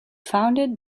founded